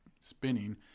spinning